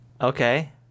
okay